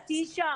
את תהיי שם.